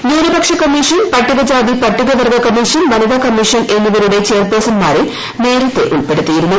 ന്യൂനപക്ഷ കമ്മീഷൻ പട്ടികജാതി പട്ടികവർഗ കമ്മീഷൻ വനിതാ കമ്മീഷൻ എന്നിവരുടെ ചെയർപേഴ്സൺമാരെ നേരത്തെ ഉൾപ്പെടുത്തിയിരുന്നു